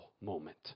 moment